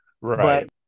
Right